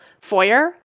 foyer